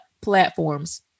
platforms